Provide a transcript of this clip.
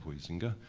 huizenga,